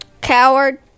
Coward